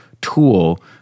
tool